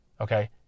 okay